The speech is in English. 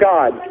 God